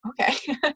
okay